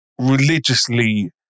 religiously